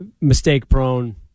mistake-prone